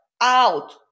out